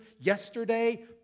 yesterday